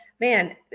man